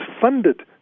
funded